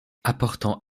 apportant